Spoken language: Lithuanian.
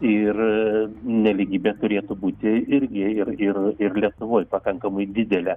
ir nelygybė turėtų būti irgi ir ir ir lietuvoj pakankamai didelė